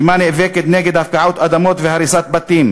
הרשימה נאבקת נגד הפקעת אדמות והריסת בתים,